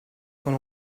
con